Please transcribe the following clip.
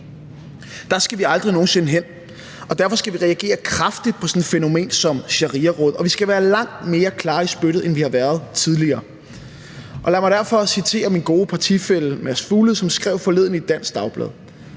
Dér skal vi aldrig nogen sinde hen! Og derfor skal vi reagere kraftigt på sådan et fænomen som shariaråd, og vi skal være langt mere klare i spyttet, end vi har været tidligere. Og lad mig derfor citere min gode partifælle Mads Fuglede, som forleden skrev i et dansk dagblad: